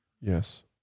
Yes